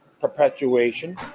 perpetuation